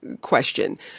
question